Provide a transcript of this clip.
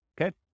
Okay